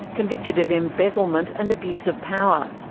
convicted of embezzlement and abuse of power.